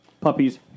Puppies